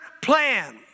plan